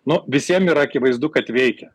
nu visiems yra akivaizdu kad veikia